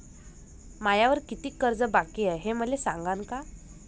मायावर कितीक कर्ज बाकी हाय, हे मले सांगान का?